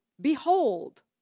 behold